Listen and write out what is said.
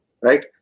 right